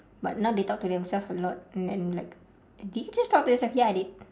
but now they talk to themself a lot and then like did you just talk to yourself ya I did